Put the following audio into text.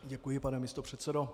Děkuji, pane místopředsedo.